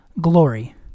glory